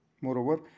Moreover